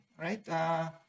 right